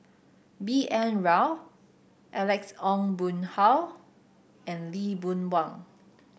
B N Rao Alex Ong Boon Hau and Lee Boon Wang